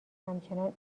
همچنان